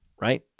right